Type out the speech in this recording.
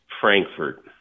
Frankfurt